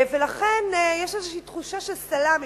לכן יש איזו תחושה של סלאמי,